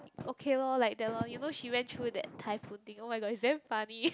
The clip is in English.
okay lor like that lor you know she went through that typhoon thing oh-my-god is damn funny